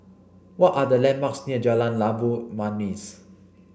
what are the landmarks near Jalan Labu Manis